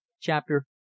Chapter